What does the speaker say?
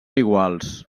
iguals